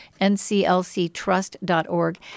nclctrust.org